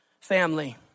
family